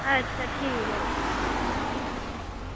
अच्छा ठीक ऐ जी